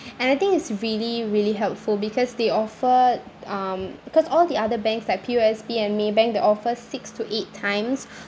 and I think it's really really helpful because they offered um because all the other banks like P_O_S_B and maybank they offer six to eight times